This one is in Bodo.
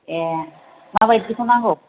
ए माबायदिखौ नांगौ